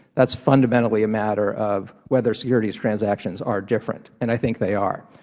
that is fundamentally a matter of whether securities transactions are different, and i think they are.